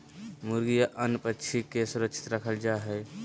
मुर्गी या अन्य पक्षि के सुरक्षित रखल जा हइ